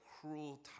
cruel